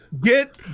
get